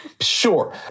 Sure